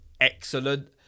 excellent